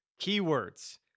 keywords